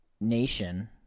nation